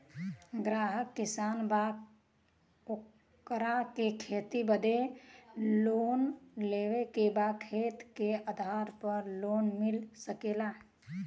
ग्राहक किसान बा ओकरा के खेती बदे लोन लेवे के बा खेत के आधार पर लोन मिल सके ला?